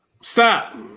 Stop